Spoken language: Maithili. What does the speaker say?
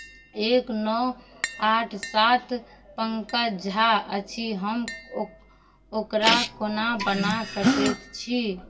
एक नओ आठ सात पङ्कज झा अछि हम ओक ओकरा कोना बना सकै छी